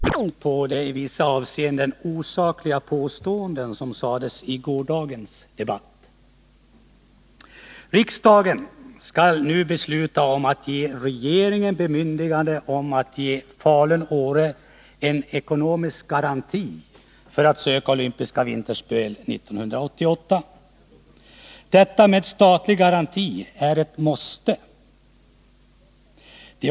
Herr talman! Jag säger som kulturutskottets ordförande Georg Andersson sade när riksdagen i går började debattera propositionen om de olympiska vinterspelen 1988: Om detta med olympiska spel finns det mycket att säga. Men tyvärr är tiden begränsad, och jag kan heller inte gå in på de i vissa avseenden osakliga påståendena i gårdagens debatt. Riksdagen skall nu besluta om regeringen skall få bemyndigande att ge Falun och Åre ekonomisk garanti så att de kan söka olympiska vinterspel 1988. Detta med statlig garanti är ett måste.